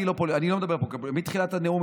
מתחילת הנאום,